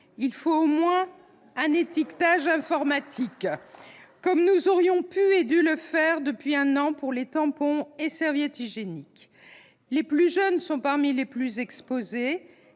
il faut au moins un étiquetage informatif, comme nous aurions pu et dû le faire depuis un an pour les tampons et serviettes hygiéniques. Les plus jeunes sont parmi les plus exposés